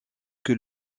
que